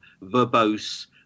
verbose